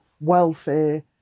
welfare